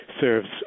serves